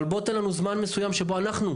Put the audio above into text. אבל צריך לתת לנו גם זמן מסוים שבו אנחנו,